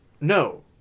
No